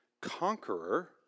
conqueror